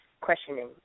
questioning